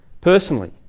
personally